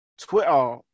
Twitter